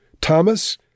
Thomas